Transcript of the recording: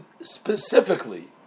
specifically